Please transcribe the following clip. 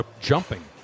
jumping